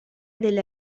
della